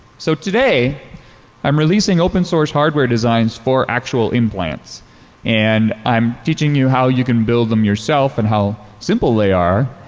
so today i'm releasing open source hardware design for actual implants and i'm teaching you how you can build them yourself and how simple they are.